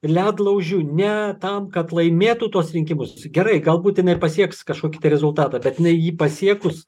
ledlaužiu ne tam kad laimėtų tuos rinkimus gerai galbūt jinai ir pasieks kažkokį tai rezultatą bet jinai jį pasiekus